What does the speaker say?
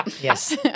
Yes